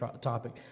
topic